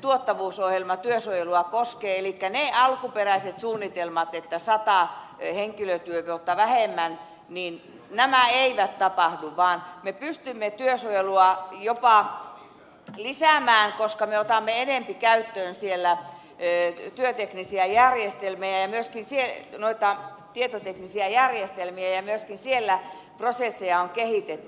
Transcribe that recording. tuottavuusohjelma työsuojelua koskee elikkä ne alkuperäiset suunnitelmat sata henkilötyövuotta vähemmän eivät tapahdu vaan me pystymme työsuojelua jopa lisäämään koska me otamme enempi käyttöön työteknisiä järjestelmiä ja myöskin tietoteknisiä järjestelmiä ja myöskin siellä prosesseja on kehitetty